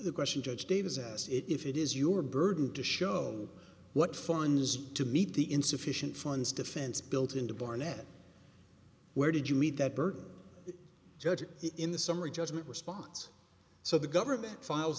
the question judge davis has it if it is your burden to show what fines to meet the insufficient funds defense built into barnett where did you meet that burden judge in the summary judgment response so the government files